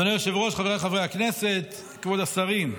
אדוני היושב-ראש, חבריי חברי הכנסת, כבוד השרים,